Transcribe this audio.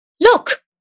look